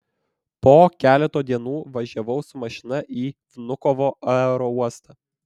po keleto dienų važiavau su mašina į vnukovo aerouostą